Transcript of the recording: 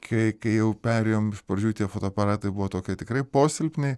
kai kai jau perėjom iš pradžių tie fotoaparatai buvo tokie tikrai posilpniai